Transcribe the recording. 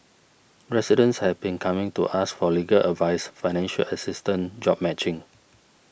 residents have been coming to us for legal advice financial assistance job matching